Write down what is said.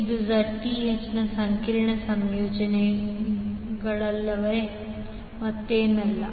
ಇದು Zth ನ ಸಂಕೀರ್ಣ ಸಂಯೋಗವಲ್ಲದೆ ಮತ್ತೇನಲ್ಲ